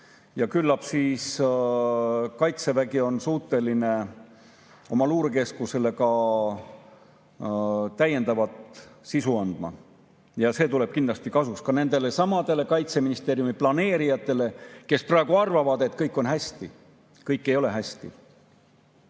Ja küllap siis Kaitsevägi on suuteline oma luurekeskusele ka täiendavat sisu andma. See tuleb kindlasti kasuks ka nendelesamadele Kaitseministeeriumi planeerijatele, kes praegu arvavad, et kõik on hästi. Kõik ei ole hästi.